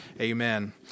amen